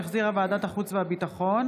שהחזירה ועדת החוץ והביטחון.